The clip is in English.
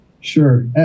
Sure